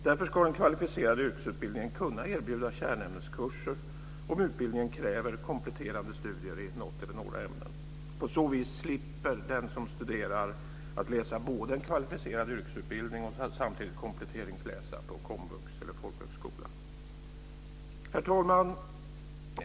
Därför ska den kvalificerade yrkesutbildningen kunna erbjuda kärnämneskurser om utbildningen kräver kompletterande studier i något eller några ämnen. På så vis slipper den som studerar att läsa både en kvalificerad yrkesutbildning och samtidigt kompletteringsläsa på komvux eller folkhögskola. Herr talman!